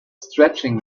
stretching